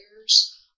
years